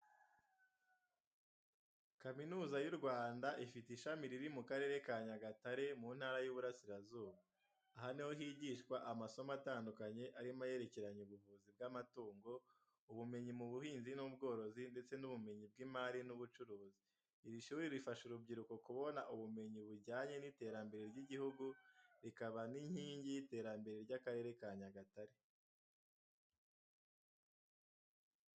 Kaminuza y’u Rwanda ifite ishami riri mu Karere ka Nyagatare, mu Ntara y’Iburasirazuba. Aha ni ho higishwa amasomo atandukanye arimo ayerekeye ubuvuzi bw’amatungo, ubumenyi mu buhinzi n’ubworozi, ndetse n’ubumenyi bw’imari n’ubucuruzi. Iri shuri rifasha urubyiruko kubona ubumenyi bujyanye n’iterambere ry’igihugu, rikaba n’inkingi y’iterambere ry’Akarere ka Nyagatare.